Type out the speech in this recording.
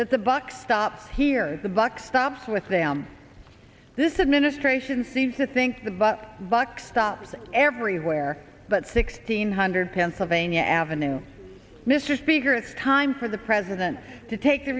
that the buck stops here the buck stops with them this administration seems to think the but buck stops everywhere but sixteen hundred pennsylvania avenue mr speaker it's time for the president to take